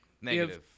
Negative